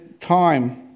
time